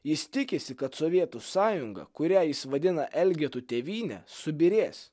jis tikisi kad sovietų sąjunga kurią jis vadina elgetų tėvynę subyrės